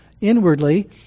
inwardly